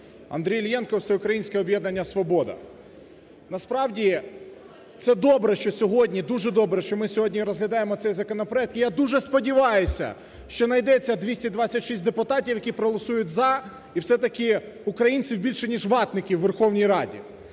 Андрій Іллєнко, "Всеукраїнське об'єднання "Свобода". Насправді це добре, що сьогодні, дуже добре, що ми сьогодні розглядаємо цей законопроект і я дуже сподіваюся, що знайдеться 226 депутатів, які проголосують "за" і все-таки українців більше, ніж ватників у Верховній Раді.